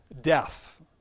death